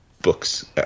books